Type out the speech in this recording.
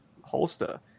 holster